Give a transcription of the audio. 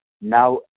Now